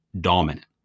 dominant